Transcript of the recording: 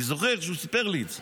אני זוכר שהוא סיפר לי את זה.